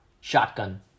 shotgun